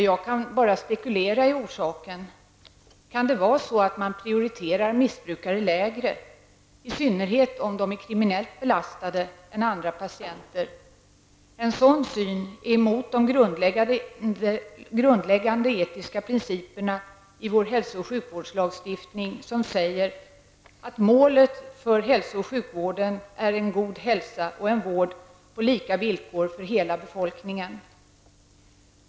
Jag kan bara spekulera i orsakerna. Kan det vara så att man prioriterar missbrukare lägre än andra patienter, i synnerhet om de är kriminellt belastade? En sådan syn är emot de grundläggande etiska principerna i vår hälso och sjukvårdslagstiftning, som säger att ''målet för hälso och sjukvårdslagstiftning är en god hälsa och en vård på lika villkor för hela befolkningen''.